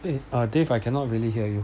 dave uh dave I cannot really hear